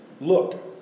Look